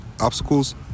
obstacles